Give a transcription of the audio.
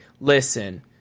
Listen